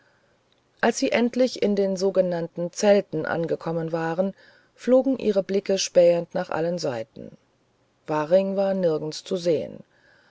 als sie endlich in den sogenannten zelten angekommen waren flogen ihre blicke spähend nach allen seiten waring ließ sich nirgends sehen